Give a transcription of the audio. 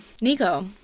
Nico